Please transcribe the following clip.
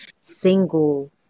single